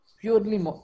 Purely